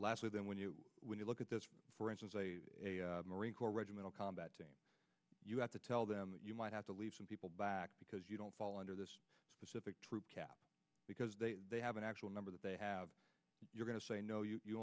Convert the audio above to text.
lasley then when you when you look at this for instance a marine corps regimental combat team you have to tell them that you might have to leave some people back because you don't fall under this specific troop cap because they have an actual number that they have you're going to say no you